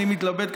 אני מתלבט,